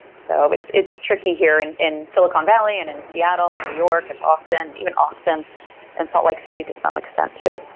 so it's it's tricky here in in silicon valley and in seattle and new york and austin even austin and salt lake city to some extent too.